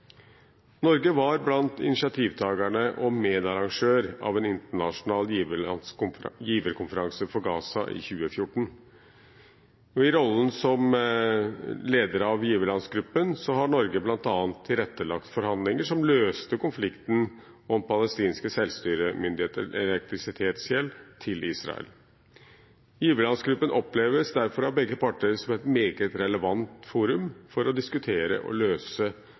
Norge var blant initiativtakerne til og medarrangør av en internasjonal giverkonferanse for Gaza i 2014. I rollen som leder av giverlandsgruppen har Norge bl.a. tilrettelagt for forhandlinger som løste konflikten om palestinske selvstyremyndigheters elektrisitetsgjeld til Israel. Giverlandsgruppen oppleves derfor av begge parter som et meget relevant forum for å diskutere og løse